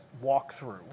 walk-through